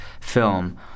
film